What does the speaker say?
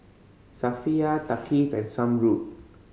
Safiya Thaqif and Zamrud